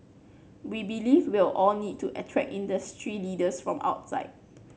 we believe we'll all need to attract industry leaders from outside